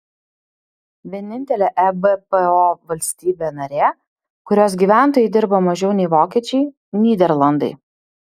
vienintelė ebpo valstybė narė kurios gyventojai dirba mažiau nei vokiečiai nyderlandai